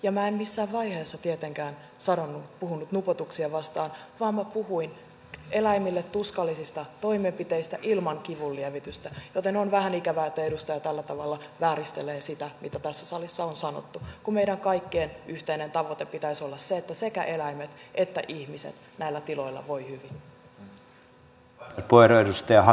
ja minä en missään vaiheessa tietenkään puhunut nupoutuksia vastaan vaan minä puhuin eläimille tuskallisista toimenpiteistä ilman kivunlievitystä joten on vähän ikävää että edustaja tällä tavalla vääristelee sitä mitä tässä salissa on sanottu kun meidän kaikkien yhteinen tavoite pitäisi olla se että sekä eläimet että ihmiset näillä tiloilla voivat hyvin